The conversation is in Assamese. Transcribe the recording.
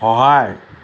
সহায়